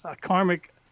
karmic